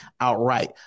outright